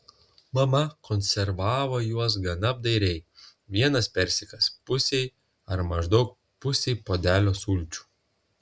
mama konservavo juos gana apdairiai vienas persikas pusei ar maždaug pusei puodelio sulčių